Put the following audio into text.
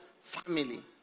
family